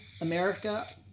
America